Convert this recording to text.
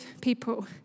people